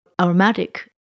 aromatic